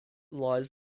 lies